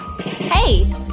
Hey